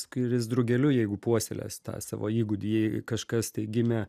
skris drugeliu jeigu puoselės tą savo įgūdį jei kažkas tai gimė